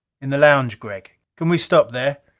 in the lounge, gregg? can we stop there?